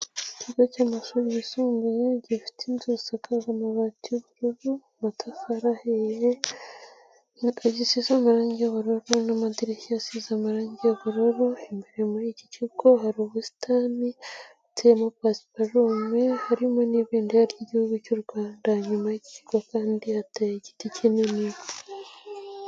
Ikigo cy'amashuri yisumbuye gifite inzu zisakaza amabati y'ubururu ,amatafara ahiye gisize amarangi y'ubururu, n'amadirishya asize amarangi y'ubururu ,imbere muri iki kigo hari ubusitani buteyemo pasiparume ,harimo n'ibendera ry'igihugu cy'u Rwanda .Inyuma y'iki kigo kandi hateye igiti kinini.